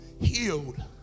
healed